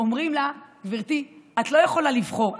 אומרים לה: גברתי, את לא יכולה לבחור.